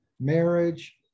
marriage